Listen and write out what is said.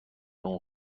اون